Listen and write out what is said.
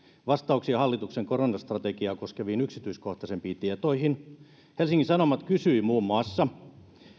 vastauksia hallituksen koronastrategiaa koskeviin yksityiskohtaisempiin tietoihin helsingin sanomat kysyi muun muassa